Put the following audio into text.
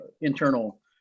internal